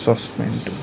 চচপেনটো